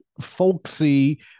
folksy